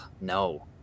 no